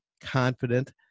confident